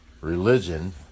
religion